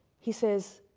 he says,